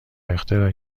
اختراع